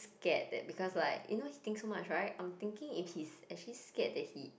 scared that because like you know he think so much right I'm thinking if he's actually scared that he is